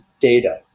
data